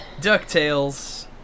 DuckTales